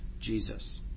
Jesus